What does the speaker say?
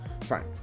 Fine